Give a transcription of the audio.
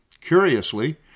Curiously